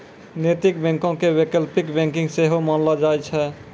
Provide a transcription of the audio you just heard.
नैतिक बैंको के वैकल्पिक बैंकिंग सेहो मानलो जाय छै